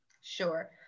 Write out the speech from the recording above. Sure